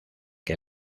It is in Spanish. que